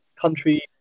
country